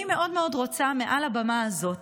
אני מאוד מאוד רוצה מעל הבמה הזאת